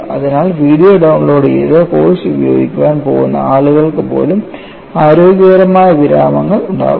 അതിനാൽ video download ചെയ്ത് course ഉപയോഗിക്കാൻ പോകുന്ന ആളുകൾക്ക് പോലും ആരോഗ്യകരമായ വിരാമങ്ങൾ ഉണ്ടാകും